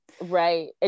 right